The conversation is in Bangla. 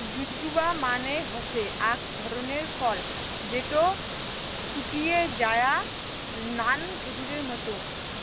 জুজুবা মানে হসে আক ধরণের ফল যেটো শুকিয়ে যায়া নাল খেজুরের মত